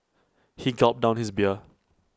he gulped down his beer